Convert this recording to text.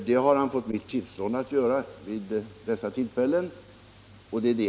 Det har han fått mitt tillstånd att göra vid dessa tillfällen.